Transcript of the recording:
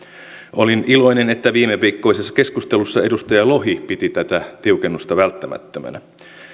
olin iloinen että viimeviikkoisessa keskustelussa edustaja lohi piti tätä tiukennusta välttämättömänä